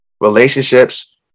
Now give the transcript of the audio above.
relationships